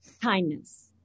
Kindness